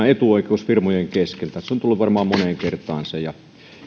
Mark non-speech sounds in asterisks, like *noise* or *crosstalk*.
*unintelligible* etuoikeus firmojen kesken tässä on tullut varmaan moneen kertaan